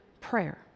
prayer